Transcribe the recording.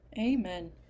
Amen